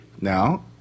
now